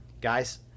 Guys